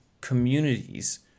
communities